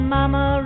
Mama